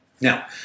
Now